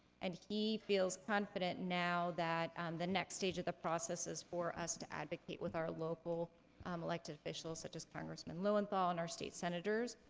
and he feels confident now that the next stage of the process is for us to advocate with our local um elected officials, which is congressman lowenthal and our state senators,